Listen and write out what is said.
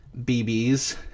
BBs